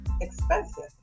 expensive